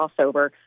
crossover